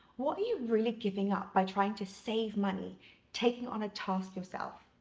what are you really giving up by trying to save money taking on a task yourself?